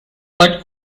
but